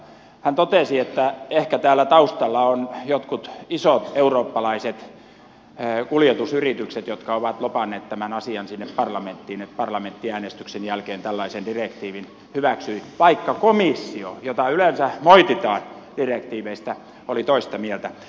hän totesi että ehkä täällä taustalla on jotkut isot eurooppalaiset kuljetusyritykset jotka ovat lobanneet tämän asian sinne parlamenttiin niin että parlamentti äänestyksen jälkeen tällaisen direktiivin hyväksyi vaikka komissio jota yleensä moititaan direktiiveistä oli toista mieltä